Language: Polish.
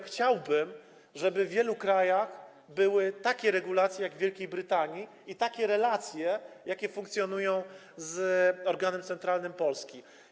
Chciałbym, żeby w wielu krajach były takie regulacje jak w Wielkiej Brytanii i takie relacje, jakie funkcjonują w przypadku organu centralnego Polski.